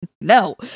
No